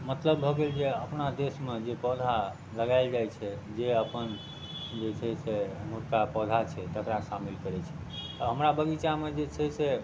मतलब भऽ गेल जे अपना देशमे जे पौधा लगायल जाइत छै जे अपन जे छै से एमहरका पौधा छै तेकरा शामिल करैत छै तऽ हमरा बगीचामे जे छै से